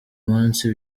munsi